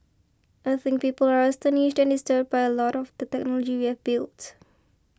I think people are astonished and disturbed by a lot of the technology we have built